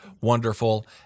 wonderful